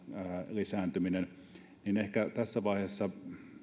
lisääntyminen ehkä tässä vaiheessa nämä